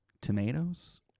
tomatoes